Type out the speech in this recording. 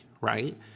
right